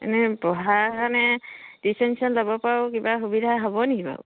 এনেই পঢ়া মানে টিউশ্যন চিউশ্যন ল'বপৰাও কিবা সুবিধা হ'ব নেকি বাৰু